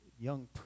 young